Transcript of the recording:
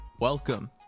Welcome